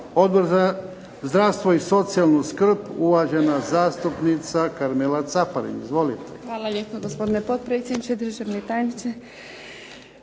Odbor za zdravstvo i socijalnu skrb uvažena zastupnica Karmela Caparin. Izvolite. **Caparin, Karmela (HDZ)** Hvala lijepo gospodine potpredsjedniče. Državni tajniče.